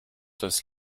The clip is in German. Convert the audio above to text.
das